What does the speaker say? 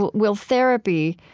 will will therapy,